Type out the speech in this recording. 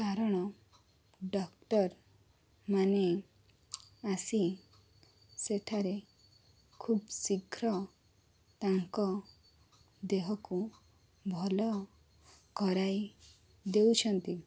କାରଣ ଡକ୍ଟର ମାନେ ଆସି ସେଠାରେ ଖୁବ୍ ଶୀଘ୍ର ତାଙ୍କ ଦେହକୁ ଭଲ କରାଇ ଦେଉଛନ୍ତି